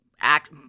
act